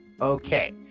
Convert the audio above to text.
Okay